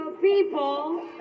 people